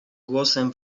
głosem